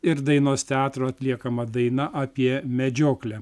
ir dainos teatro atliekama daina apie medžioklę